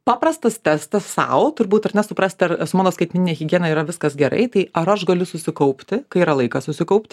paprastas testas sau turbūt ar ne suprast ar su mano skaitmenine higiena yra viskas gerai tai ar aš galiu susikaupti kai yra laikas susikaupt